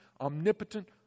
omnipotent